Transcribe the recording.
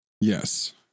Yes